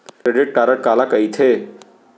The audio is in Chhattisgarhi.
क्रेडिट कारड काला कहिथे?